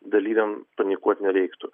dalyviam panikuot nereiktų